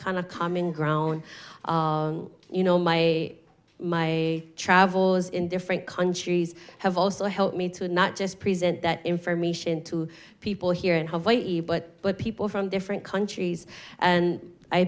kind of common ground you know my my travels in different countries have also helped me to not just present that information to people here in hawaii but but people from different countries and i